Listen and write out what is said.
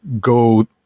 go